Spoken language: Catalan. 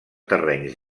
terrenys